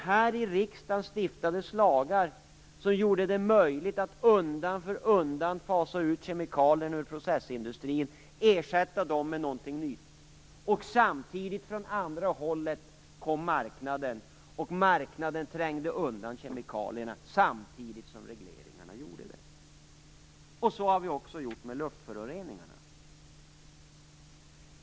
Här i riksdagen stiftades lagar som gjorde det möjligt att undan för undan fasa ut kemikalierna i processindustrin, ersätta dem med något nytt. Samtidigt med regleringarna trängde marknaden undan kemikalierna. Så har vi också gjort med luftföroreningarna.